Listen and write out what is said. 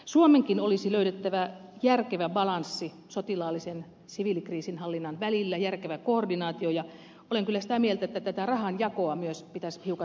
suomenkin olisi löydettävä järkevä balanssi sotilaallisen ja siviilikriisinhallinnan välillä järkevä koordinaatio ja olen kyllä sitä mieltä että tätä rahanjakoa myös pitäisi hiukan tarkastella